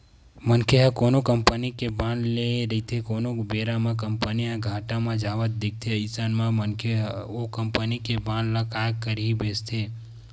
मनखे ह कोनो कंपनी के बांड ले रहिथे कोनो बेरा म कंपनी ह घाटा म जावत दिखथे अइसन म मनखे ओ कंपनी के बांड ल काय करही बेंचथे